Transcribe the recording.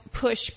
push